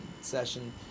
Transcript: session